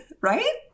Right